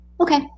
Okay